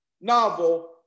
novel